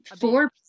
four